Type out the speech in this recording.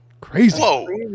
Crazy